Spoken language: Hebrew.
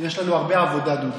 יש לנו הרבה עבודה, דודי.